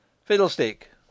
Fiddlestick